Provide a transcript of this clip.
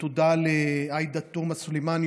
תודה לעאידה תומא סלימאן,